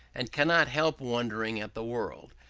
and cannot help wondering at the world,